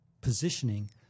positioning